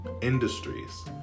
industries